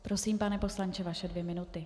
Prosím, pane poslanče, vaše dvě minuty.